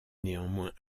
néanmoins